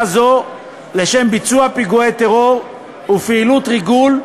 זו לביצוע פיגועי טרור ופעילות ריגול,